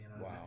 wow